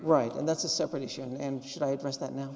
right and that's a separate issue and should i address that now